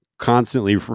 constantly